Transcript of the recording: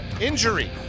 injury